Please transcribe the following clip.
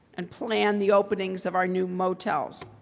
and plan the openings of our new motels.